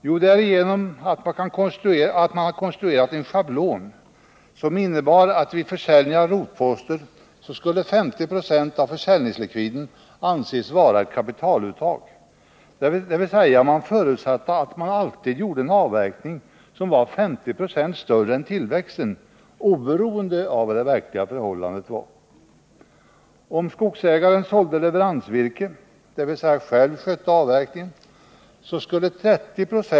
Jo, man konstruerade en schablon som innebar att vid försäljningar av rotposter 50 20 av beställningslikviden skulle anses vara ett kapitaluttag, dvs. man förutsatte att man alltid gjorde en avverkning som var 50 26 större än tillväxten, oberoende av det verkliga förhållandet.